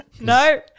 No